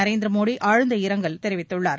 நரேந்திர மோடி ஆழ்ந்த இரங்கல் தெரிவித்துள்ளார்